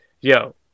yo